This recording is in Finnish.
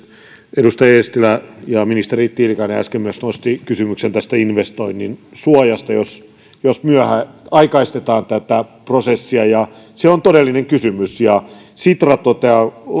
edustaja eestilä ja ministeri tiilikainen myös äsken nostivat kysymyksen tästä investoinnin suojasta jos jos aikaistetaan tätä prosessia ja se on todellinen kysymys sitra toteaa